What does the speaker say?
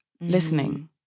listening